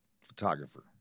photographer